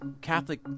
Catholic